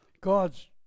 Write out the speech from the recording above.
God's